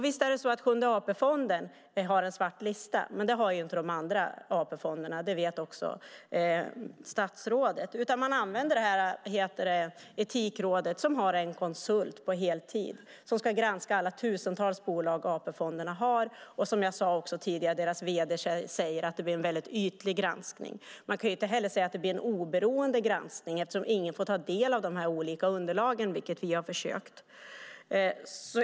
Visst är det så att Sjunde AP-fonden har en svart lista, men det har inte de andra AP-fonderna. Det vet också statsrådet. Man använder Etikrådet som har en konsult på heltid som ska granska alla tusentals bolag som AP-fonderna har aktier i. Som jag sade tidigare säger deras vd att det blir en väldigt ytlig granskning. Man kan inte heller säga att det blir en oberoende granskning eftersom ingen får ta del av de olika underlagen, vilket vi har försökt.